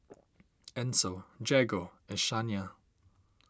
Ancel Jagger and Shania